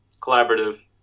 collaborative